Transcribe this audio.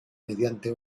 mediante